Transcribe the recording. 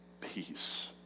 Peace